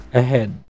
ahead